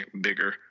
bigger